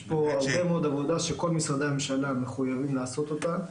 יש פה הרבה מאוד עבודה שכל משרדי הממשלה מחויבים לעשות אותה.